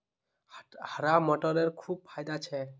हरा मटरेर खूब फायदा छोक